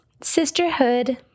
sisterhood